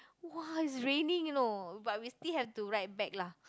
!wah! it's raining you know but we still have to ride back lah